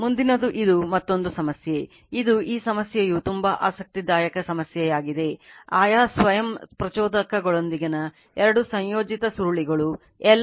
ಮುಂದಿನದು ಇದು ಮತ್ತೊಂದು ಸಮಸ್ಯೆ ಇದು ಈ ಸಮಸ್ಯೆಯು ತುಂಬಾ ಆಸಕ್ತಿದಾಯಕ ಸಮಸ್ಯೆಯಾಗಿದೆ ಆಯಾ ಸ್ವಯಂ ಪ್ರಚೋದಕಗಳೊಂದಿಗಿನ 2 ಸಂಯೋಜಿತ ಸುರುಳಿಗಳು L 1 0